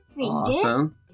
Awesome